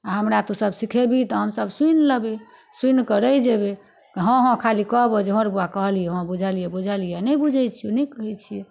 आओर हमरा तू सब सिखेबिही तऽ हमसब सुनि लेबै सुनिकऽ रहि जेबै हँ हँ खाली कहबौ जे हँ रौ बौआ कहलियौ हँ बुझलियौ बुझलियौ नहि बुझै छियौ नहि कहै छियौ